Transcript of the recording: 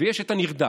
ויש את הנרדף.